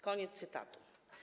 Koniec cytatu.